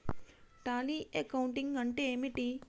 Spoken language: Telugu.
టాలీ అకౌంటింగ్ అంటే ఏమిటి?